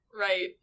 right